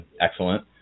excellent